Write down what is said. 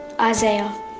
Isaiah